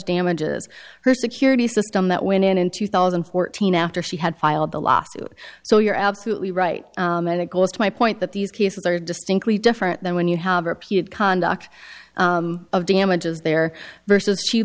damages her security system that went in in two thousand and fourteen after she had filed the lawsuit so you're absolutely right that it goes to my point that these cases are distinctly different than when you have repeated conduct of damages there versus she